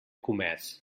comés